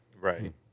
Right